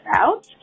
out